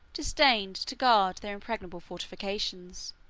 disdained to guard their impregnable fortifications.